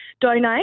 donate